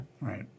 right